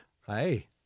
Hi